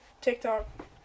TikTok